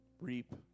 reap